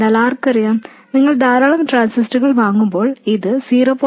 എന്നാൽ ആർക്കറിയാം നിങ്ങൾ ധാരാളം ട്രാൻസിസ്റ്ററുകൾ വാങ്ങുമ്പോൾ ഇത് 0